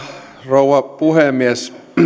rouva puhemies